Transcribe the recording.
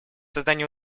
созданию